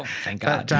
thank god.